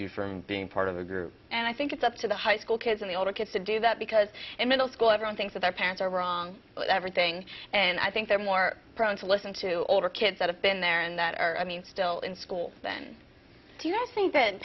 you from being part of the group and i think it's up to the high school kids and the older kids to do that because in middle school everyone thinks that their parents are wrong everything and i think they're more prone to listen to older kids that have been there and that are i mean still in school do you think th